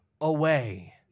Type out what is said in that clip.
away